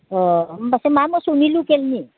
अ होनबाथाय मा मोसौनि लकेलनि